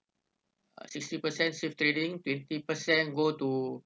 uh sixty percent safe trading twenty percent go to